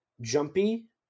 jumpy